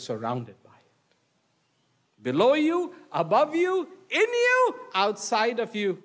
surrounded by below you above you outside of you